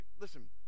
Listen